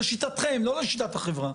לשיטתכם לא לשיטת החברה.